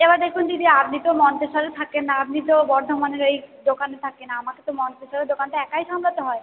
এবার দেখুন দিদি আপনি তো মন্তেশ্বরে থাকেন না আপনি তো বর্ধমানের এই দোকানে থাকেন আমাকে তো মন্তেশ্বরের দোকানটা একাই সামলাতে হয়